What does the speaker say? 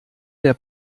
der